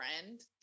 friend